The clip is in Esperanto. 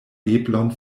eblon